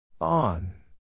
On